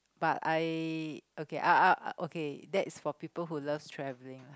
but I okay okay that's for people who love travelling